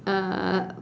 uh